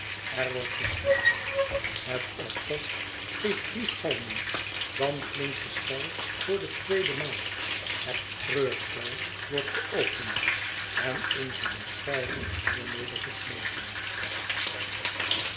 er wordt gescheld het orchest geeft drie galmen dan klinkt de schel voor de tweede maal het treurspel wordt geopend en onze beschrijving hiermede gesloten